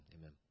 Amen